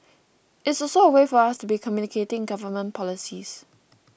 it's also a way for us to be communicating government policies